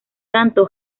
tanto